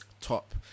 top